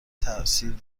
تاثیر